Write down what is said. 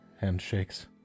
handshakes